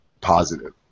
positive